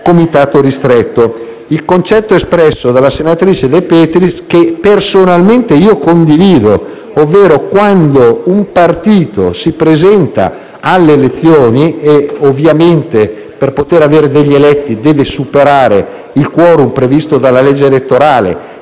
Il concetto espresso dalla senatrice De Petris, che personalmente condivido, è che quando un partito si presenta alle elezioni e, ovviamente, per poter avere degli eletti, deve superare il *quorum* previsto dalla legge elettorale,